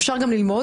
אפשר גם ללמוד,